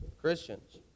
Christians